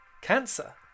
Cancer